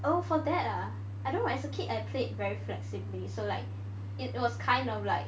oh for that ah I don't know as a kid I played very flexibly so like it was kind of like